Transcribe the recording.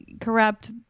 Corrupt